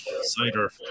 cider